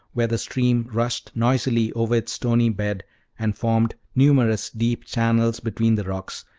where the stream rushed noisily over its stony bed and formed numerous deep channels between the rocks,